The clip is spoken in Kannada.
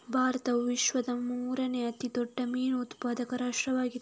ಭಾರತವು ವಿಶ್ವದ ಮೂರನೇ ಅತಿ ದೊಡ್ಡ ಮೀನು ಉತ್ಪಾದಕ ರಾಷ್ಟ್ರವಾಗಿದೆ